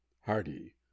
hardy